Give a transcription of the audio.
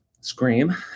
scream